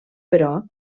però